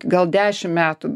gal dešim metų